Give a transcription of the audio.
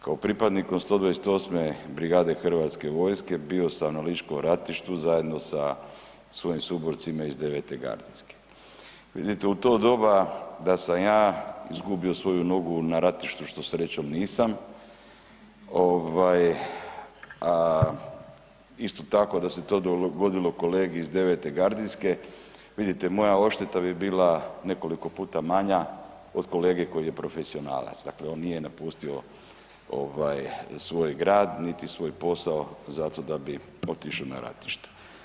Kako pripadnik 128. brigade Hrvatske vojske bio sam na ličkom ratištu zajedno sa svojim suborcima iz 9.-te gardijske, vidite u to doba da sam ja izgubio svoju nogu na ratištu što srećom nisam ovaj, a isto tako da se to dogodilo kolegi iz 9.-te gardijske vidite moja odšteta bi bila nekoliko puta manja od kolege koji je profesionalac, dakle on nije napustio ovaj svoj grad niti svoj posao zato da bi otišao na ratište.